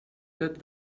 tot